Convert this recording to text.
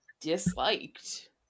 disliked